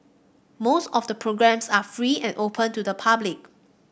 most of the programmes are free and open to the public